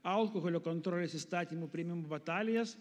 alkoholio kontrolės įstatymų priėmimo batalijas